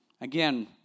Again